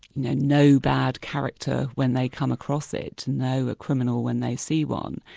know know bad character when they come across it and know a criminal when they see one.